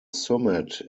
summit